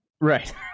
Right